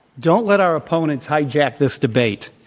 don't let our opponents hijack this debate.